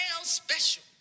special